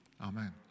Amen